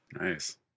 Nice